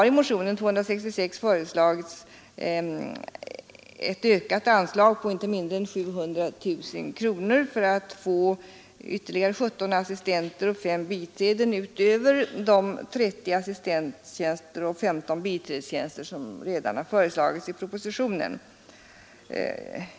I motionen 266 har föreslagits ett ökat anslag på inte mindre än 700 000 kronor för att få ytterligare 17 assistenter och 5 biträden utöver de 30 assistenttjänster och 15 biträdestjänster som redan föreslagits i propositionen.